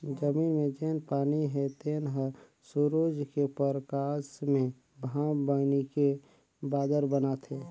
जमीन मे जेन पानी हे तेन हर सुरूज के परकास मे भांप बइनके बादर बनाथे